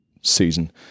season